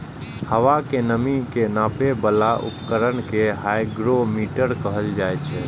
हवा के नमी के नापै बला उपकरण कें हाइग्रोमीटर कहल जाइ छै